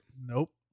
Nope